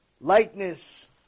Lightness